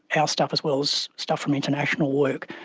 our stuff as well as stuff from international work,